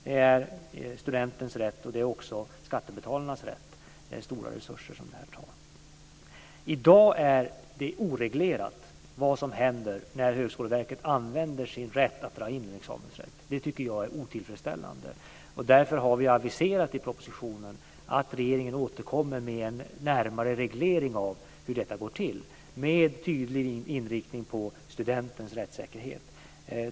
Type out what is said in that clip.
Det är studentens rätt, och det är skattebetalarens rätt med tanke på de stora resurser som behövs. I dag är det inte reglerat vad som ska hända när Högskoleverket använder sin rätt att dra in en examensrätt. Det är otillfredsställande. Därför har vi aviserat i propositionen att regeringen återkommer med närmare reglering av hur detta ska gå till med tydlig inriktning på studentens rättssäkerhet.